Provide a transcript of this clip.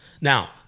Now